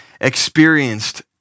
experienced